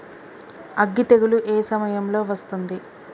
అగ్గి తెగులు ఏ సమయం లో వస్తుంది?